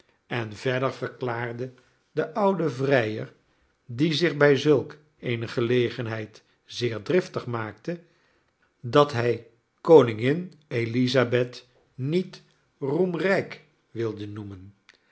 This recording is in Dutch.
en verder verklaarde de oude vrijer die zich bij zulk eene gelegenheid zeer driftig maakte dat hij koningin elisabeth niet roemrijk wilde noemen